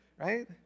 right